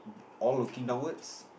all looking downwards